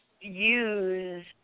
use